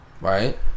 right